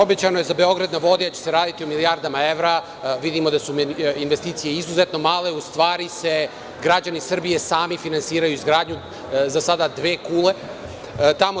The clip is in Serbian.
Obećano je za „Beograd na vodi“ da će se raditi o milijardama evra, a vidimo da su investicije izuzetno male, u stvari, da građani Srbije sami finansiraju izgradnju, za sada, samo dve kule.